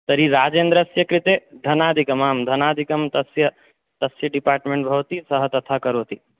तर्हि राजेन्द्रस्य कृते धनादिकमां धनादिकं तस्य तस्य डिपार्ट्मेन्ट् भवति सः तथा करोति